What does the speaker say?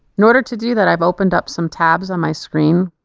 in order to do that i've opened up some tabs on my screen.